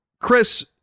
Chris